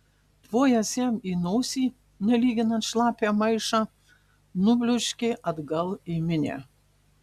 tvojęs jam į nosį nelyginant šlapią maišą nubloškė atgal į minią